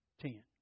Ten